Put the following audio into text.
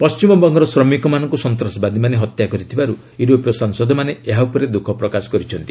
ପଣ୍ଢିମବଙ୍ଗର ଶ୍ରମିକମାନଙ୍କୁ ସନ୍ତାସବାଦୀମାନେ ହତ୍ୟା କରିଥିବାରୁ ୟୁରୋପୀୟ ସାଂସଦମାନେ ଏହା ଉପରେ ଦ୍ରୁଖ ପ୍ରକାଶ କରିଛନ୍ତି